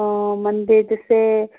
ꯑꯣ ꯃꯟꯗꯦ ꯇ꯭ꯋꯤꯁꯗꯦ